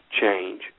change